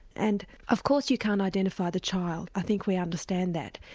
and of course you can't identify the child, i think we understand that,